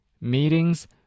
meetings